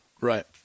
Right